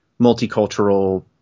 multicultural